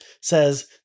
Says